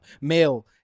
male